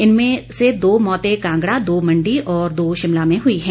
इनमें से दो मौतें कांगड़ा दो मण्डी और दो शिमला में हुई है